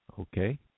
Okay